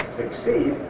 succeed